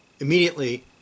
Immediately